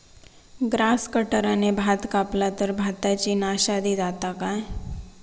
Grass कटराने भात कपला तर भाताची नाशादी जाता काय?